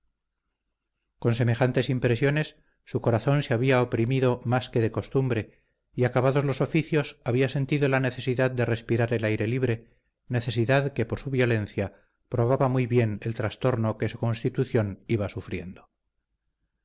con semejantes impresiones su corazón se había oprimido más que de costumbre y acabados los oficios había sentido la necesidad de respirar el aire libre necesidad que por su violencia probaba muy bien el trastorno que su constitución iba sufriendo